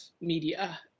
media